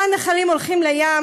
"כל הנחלים הלכים אל הים",